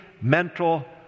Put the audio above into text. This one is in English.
mental